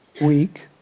week